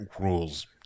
rules